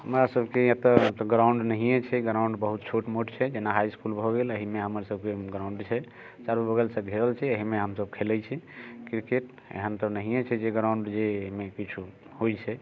हमरा सबके यहाँ तऽ ग्राउंड नहिये छै ग्राउंड बहुत छोट मोट छै जेना हाइ इसकुल भऽ गेल अहिमे हमर सबके ग्राउंड छै चारू बगलसँ घेरल छै एहिमे हमसब खेलै छी क्रिकेट एहन तऽ नहिये छै जे ग्राउंड जे नहि किछो होइ छै